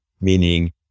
meaning